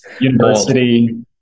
University